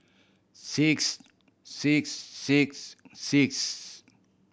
six six six six